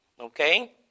okay